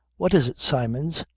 what is it, symons?